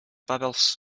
bubbles